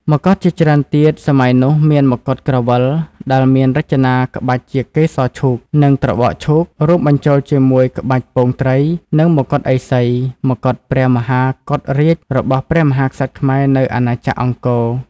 មកុដជាច្រើនទៀតសម័យនោះមានមកុដក្រវិលដែលមានរចនាក្បាច់ជាកេសរឈូក និងត្របកឈូករួមបញ្ចូលជាមួយក្បាច់ពងត្រីនិងមកុដឥសី មកុដព្រះមហាកុដរាជរបស់ព្រះមហាក្សត្រខ្មែរនៅអាណាចក្រអង្គរ។